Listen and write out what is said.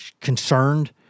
concerned